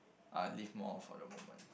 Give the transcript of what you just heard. I will live more of for the moment